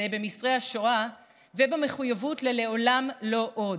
במסרי השואה ובמחויבות ל"עולם לא עוד",